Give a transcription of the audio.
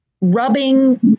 rubbing